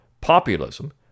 populism